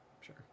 Sure